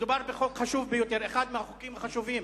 מדובר בחוק חשוב ביותר, אחד מהחוקים החשובים